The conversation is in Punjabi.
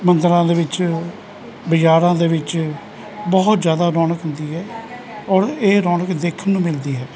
ਮੰਦਰਾਂ ਦੇ ਵਿੱਚ ਬਜ਼ਾਰਾਂ ਦੇ ਵਿੱਚ ਬਹੁਤ ਜ਼ਿਆਦਾ ਰੌਣਕ ਹੁੰਦੀ ਹੈ ਔਰ ਇਹ ਰੌਣਕ ਦੇਖਣ ਨੂੰ ਮਿਲਦੀ ਹੈ